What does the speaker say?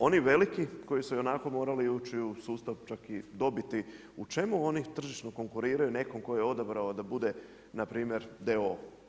Oni veliki koji su ionako morali ući u sustav čak i dobiti, u čemi oni tržišno konkuriraju nekom tko je odabrao da bude npr. d.o.o.